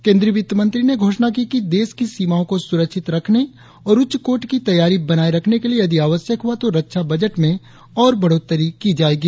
केंद्रीय वित्तमंत्री ने घोषणा की कि देश की सीमाओं को सुरक्षित रखने और उच्चकोटि की तैयारी बनाए रखने के लिए यदि आवश्यक हुआ तो रक्षा बजट में और बढ़ोतरी की जाएगी